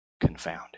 confounded